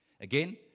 Again